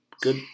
Good